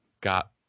got